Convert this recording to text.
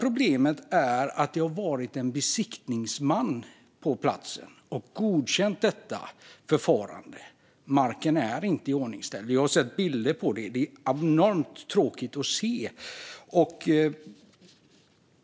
Problemet är att en besiktningsman har godkänt det, trots att marken inte är iordningsställd. Jag har sett bilder, och det var hemskt tråkigt att se.